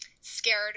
scared